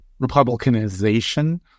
Republicanization